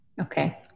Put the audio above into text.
Okay